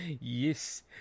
Yes